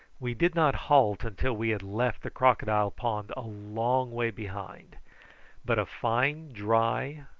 we did not halt until we had left the crocodile pond a long way behind but a fine dry,